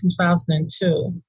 2002